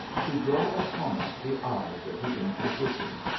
to draw upon us the eyes of the inquisition?